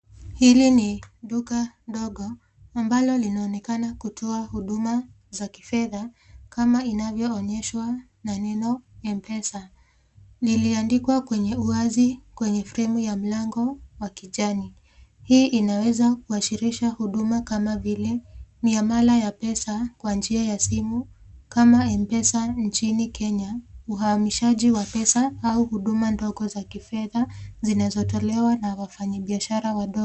Hili ni duka ndogo ambalo linaonekana kutoa huduma za kifetha kama inavyoonyeshwa na neno M-Pesa. Liliandikwa kwenye uazi kwenye frame ya mlango wa kijani. Hii inaweza kuashirisha huduma kama vile miamala ya pesa kwa njia ya simu kama M-Pesa nchini Kenya. Uhamishaji wa pesa au huduma ndogo za kifetha, zinazotelewa na wafanyi biashara wadogo.